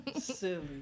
Silly